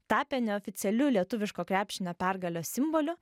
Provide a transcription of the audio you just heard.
tapę neoficialiu lietuviško krepšinio pergalės simboliu